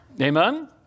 Amen